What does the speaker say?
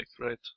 right